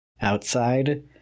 outside